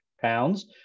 pounds